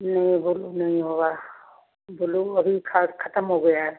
नहीं है ब्ल्यू नहीं होगा ब्ल्यू अभी ख़त्म हो गया है